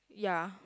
ya